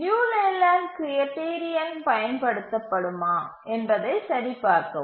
லியு Layland criterion பயன்படுத்தப்படுமா என்பதை சரிபார்க்க